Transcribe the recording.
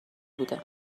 بوده